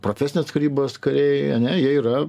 profesinės karybos kariai ane jie yra